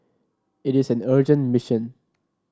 it is an urgent mission